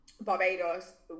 barbados